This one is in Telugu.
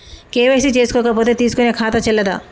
కే.వై.సీ చేసుకోకపోతే తీసుకునే ఖాతా చెల్లదా?